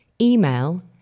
email